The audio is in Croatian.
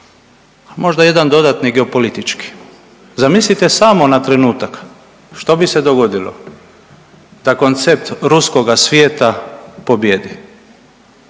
Možda jedan dodatni geopolitički. Zamislite samo na trenutak što bi se dogodilo da koncept ruskoga svijeta pobjedi,